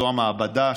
זה המעבדה,